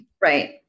Right